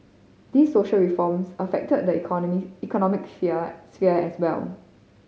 these social reforms affected the economy economic fear sphere as well